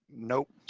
nope.